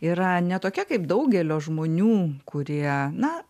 yra ne tokia kaip daugelio žmonių kurie na